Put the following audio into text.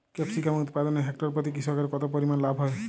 Capsicum উৎপাদনে hectare প্রতি কৃষকের কত পরিমান লাভ হয়?